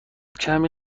کمی